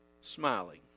smiling